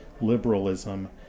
liberalism